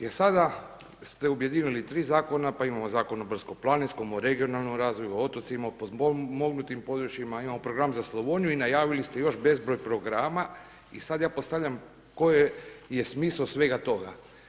Jer sada ste objedinili tri zakona, pa imamo zakon o brdsko-planinskom, o regionalnom razvoju, o otocima, o potpomognutoj područjima, imamo program za Slavoniju i najavili ste još bezbroj programa i sad ja postavljam koji je smisao svega toga.